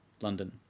London